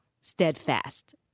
steadfast